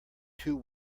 two